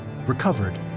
recovered